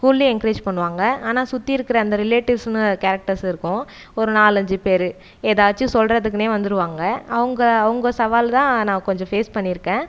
ஸ்கூல்லியும் encourage பண்ணுவாங்க ஆனால் சுற்றி இருக்கிற அந்த ரிலேட்டிவ்ஸுனு கேரக்டர்ஸ் இருக்கும் ஒரு நாலஞ்சு பேர் ஏதாச்சும் சொல்கிறதுக்குனே வந்துருவாங்க அவங்க அவங்க சவால் தான் நான் கொஞ்சம் ஃபேஸ் பண்ணியிருக்கேன்